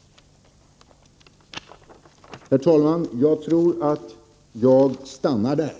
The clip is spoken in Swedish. Herr talman, jag tror att jag slutar här.